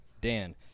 Dan